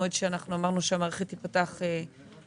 ששולם סכום היתר עד יום ההחזר".